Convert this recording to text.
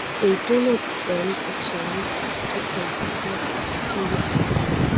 they do not stand a chance to take a seat in the council.